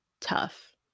tough